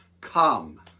come